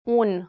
un